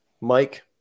Mike